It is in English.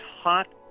hot